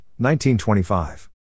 1925